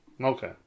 Okay